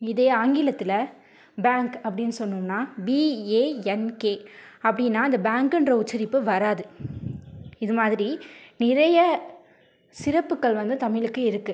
இதே ஆங்கிலத்தில் பேங்க் அப்படின் சொன்னோம்னால் பி ஏ என் கே அப்படினா அந்த பேங்க்குன்ற உச்சரிப்பு வராது இது மாதிரி நிறைய சிறப்புக்கள் வந்து தமிழுக்கு இருக்குது